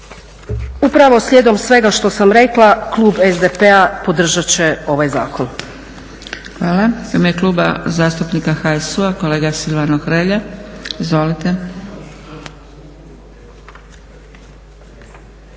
Upravo slijedom svega što sam rekla klub SDP-a podržat će ovaj zakon. **Zgrebec, Dragica (SDP)** Hvala. U ime Kluba zastupnika HSU-a kolega Silvano Hrelja. Izvolite.